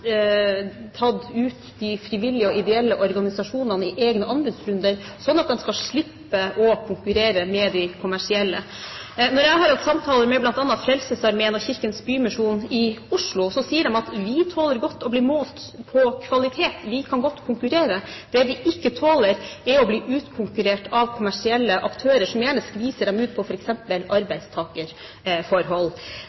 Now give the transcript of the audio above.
tatt ut de frivillige og ideelle organisasjonene i egne anbudsrunder, slik at de skal slippe å konkurrere med de kommersielle. Når jeg har hatt samtaler med bl.a. Frelsesarmeen og Kirkens Bymisjon i Oslo, sier de: Vi tåler godt å bli målt på kvalitet. Vi kan godt konkurrere. Det vi ikke tåler, er å bli utkonkurrert av kommersielle aktører. Slike aktører skviser dem gjerne ut på